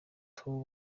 theo